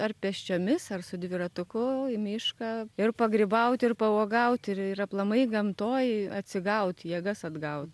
ar pėsčiomis ar su dviratuku į mišką ir pagrybaut ir pauogaut ir ir aplamai gamtoj atsigaut jėgas atgaut